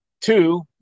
Two